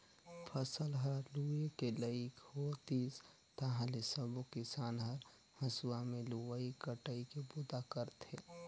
फसल ल लूए के लइक होतिस ताहाँले सबो किसान हर हंसुआ में लुवई कटई के बूता करथे